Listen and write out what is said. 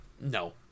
no